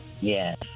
Yes